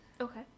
Okay